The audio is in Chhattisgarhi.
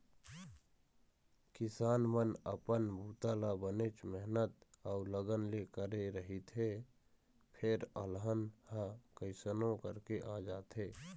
किसान मन अपन बूता ल बनेच मेहनत अउ लगन ले करे रहिथे फेर अलहन ह कइसनो करके आ जाथे